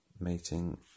meeting